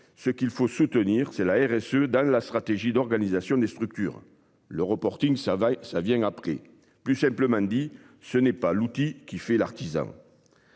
Ce qu'il faut soutenir c'est la RSE dans la stratégie d'organisation des structures le reporting ça va ça vient après. Plus simplement dit ce n'est pas l'outil qui fait l'artisan.